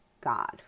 God